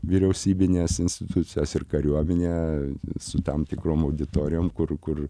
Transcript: vyriausybinės institucijos ir kariuomenė su tam tikrom auditorijom kur kur